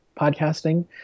podcasting